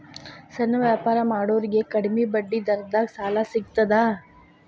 ಸಣ್ಣ ವ್ಯಾಪಾರ ಮಾಡೋರಿಗೆ ಕಡಿಮಿ ಬಡ್ಡಿ ದರದಾಗ್ ಸಾಲಾ ಸಿಗ್ತದಾ?